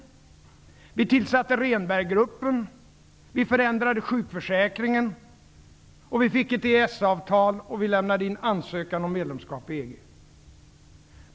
Vi tillsatte Rehnberggruppen, vi förändrade sjukförsäkringen, vi fick ett EES-avtal och vi lämnade in ansökan om medlemskap i EG.